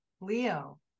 leo